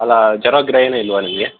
ಅಲ್ಲ ಜ್ವರ ಗಿರ ಏನು ಇಲ್ವಾ ನಿಮಗೆ